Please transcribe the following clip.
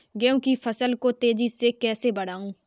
गेहूँ की फसल को तेजी से कैसे बढ़ाऊँ?